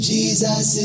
Jesus